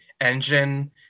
engine